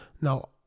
now